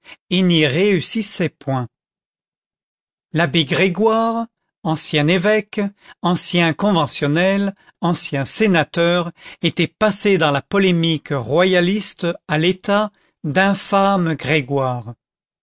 et n'y réussissait point l'abbé grégoire ancien évêque ancien conventionnel ancien sénateur était passé dans la polémique royaliste à l'état d'infâme